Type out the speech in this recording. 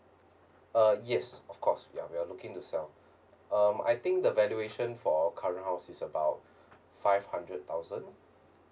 uh yes of course ya we're looking to sell um I think the valuation for our current house is about five hundred thousand